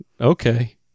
okay